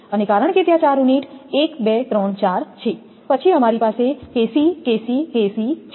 અને કારણ કે ત્યાં ચાર યુનિટ 1 2 3 4 છે પછી અમારી પાસે KC KC KC છે